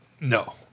no